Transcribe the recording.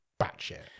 batshit